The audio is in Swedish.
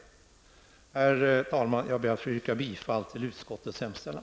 Herr talman! Jag ber att få yrka bifall till utskottets hemställan.